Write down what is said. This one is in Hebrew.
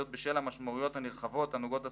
זאת בשל המשמעויות הנרחבות הנוגעות לסוגיה,